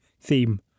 theme